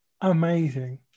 amazing